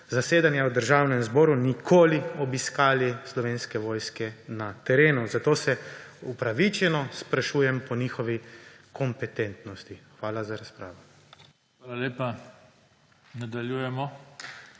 zasedanja v Državnem zboru nikoli obiskali slovenske vojske na terenu. Zato se upravičeno sprašujem po njihovi kompetentnosti. Hvala za razpravo. **PODPREDSEDNIK